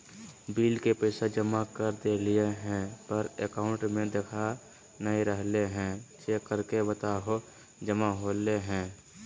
Bill के पैसा जमा कर देलियाय है पर अकाउंट में देखा नय रहले है, चेक करके बताहो जमा होले है?